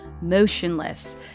motionless